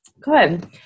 Good